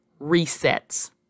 resets